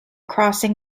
crossing